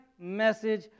Message